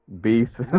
beef